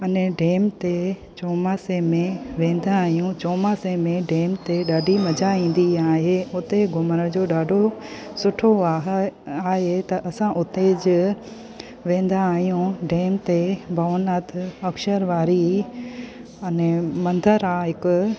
अने डैम ते चौमासे में वेंदा आहियूं चोमासे में डैम ते ॾाढी मज़ा ईंदी आहे उते घुमण जो ॾाढो सुठो आहे आहे त असां उते जे वेंदा आहियूं डैम ते भवनाथ अक्षरवारी अने मंदरु आहे हिकु